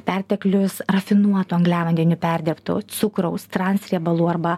perteklius rafinuotų angliavandenių perdirbtų cukraus transriebalų arba